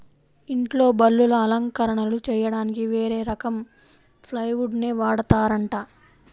ఇంట్లో బల్లలు, అలంకరణలు చెయ్యడానికి వేరే రకం ప్లైవుడ్ నే వాడతారంట